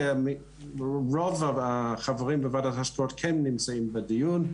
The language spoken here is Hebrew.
רוב החברים בוועדת ההשקעות כן נמצאים בדיון,